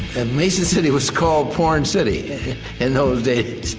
mason city was called porn city in those days